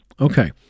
Okay